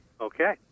okay